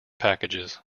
packages